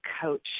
coach